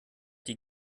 die